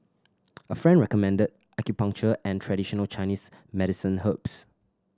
a friend recommended acupuncture and traditional Chinese medicine herbs